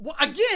Again